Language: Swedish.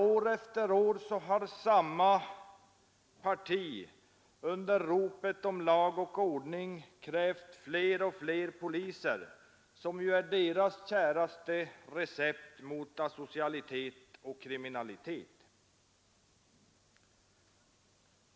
År efter år har samma parti under rop på ”lag och ordning” krävt flera och flera poliser som är deras käraste recept mot asocialitet och kriminalitet.